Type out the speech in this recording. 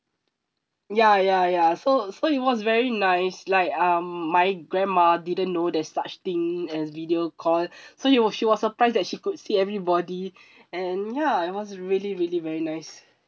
ya ya ya so so it was very nice like um my grandma didn't know there's such thing as video call so it was she was surprised that she could see everybody and ya it was really really very nice